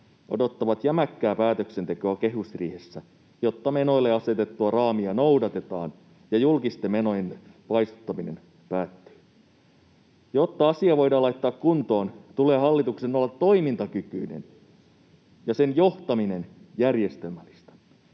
odottavat jämäkkää päätöksentekoa kehysriihessä, jotta menoille asetettua raamia noudatetaan ja julkisten menojen paisuttaminen päättyy. Jotta asia voidaan laittaa kuntoon, tulee hallituksen olla toimintakykyinen ja sen johtamisen järjestelmällistä,